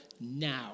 now